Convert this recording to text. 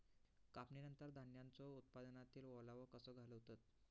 कापणीनंतर धान्यांचो उत्पादनातील ओलावो कसो घालवतत?